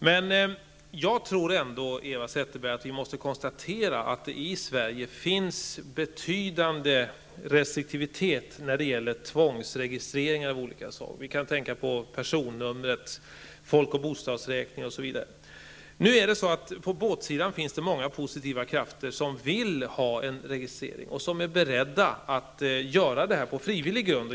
Men vi måste konstatera, Eva Zetterberg, att det finns en betydande restriktivitet i Sverige när det gäller tvångsregistreringar av olika slag. Vi kan tänka på personnummer, folk och bostadsräkning osv. På båtägarsidan finns många positiva krafter som vill ha en registrering och som är beredda att göra det på frivillig grund.